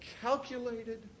calculated